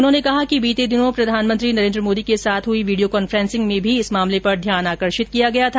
उन्होंने कहा कि बीते दिनों प्रधानमंत्री नरेन्द्र मोदी के साथ हुई वीडियो कांफ्रेंसिंग में भी इस मामले पर ध्यान आकर्षित किया गया था